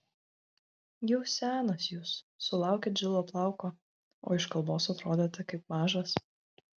jau senas jūs sulaukėt žilo plauko o iš kalbos atrodote kaip mažas